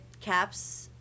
caps